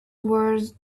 words